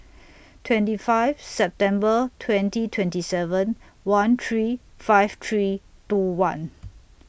twenty five September twenty twenty seven one three five three two one